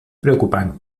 preocupant